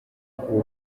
uba